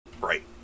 Right